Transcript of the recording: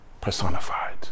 personified